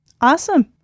Awesome